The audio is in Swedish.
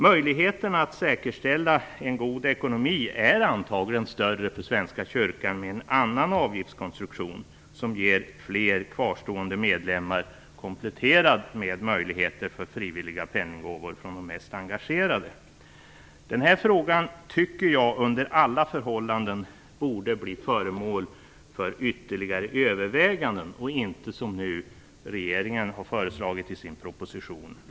Möjligheterna för Svenska kyrkan att säkerställa en god ekonomi är antagligen större med en annan avgiftskonstruktion, som ger fler kvarstående medlemmar, kompletterad med möjligheter för frivilliga penninggåvor från de mest engagerade. Jag tycker att den här frågan under alla förhållanden borde bli föremål för ytterligare överväganden och inte låsas fast, som regeringen nu har föreslagit i sin proposition.